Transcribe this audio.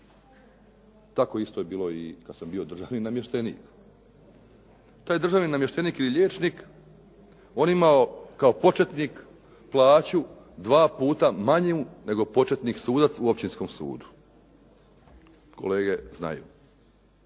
Tako isto je bilo i kada sam bio državni namještenik. Taj državni namještenik ili liječnik on je imao kao početnik plaću dva puta manju nego početnik sudac u općinskom sudu. Kolege znaju.